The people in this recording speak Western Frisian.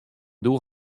doe